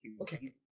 Okay